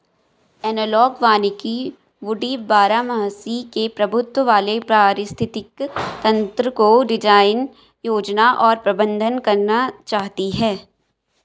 analogue वानिकी वुडी बारहमासी के प्रभुत्व वाले पारिस्थितिक तंत्रको डिजाइन, योजना और प्रबंधन करना चाहती है